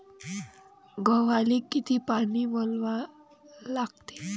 गव्हाले किती पानी वलवा लागते?